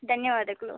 ಧನ್ಯವಾದಗಳು